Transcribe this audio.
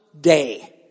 day